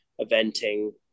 eventing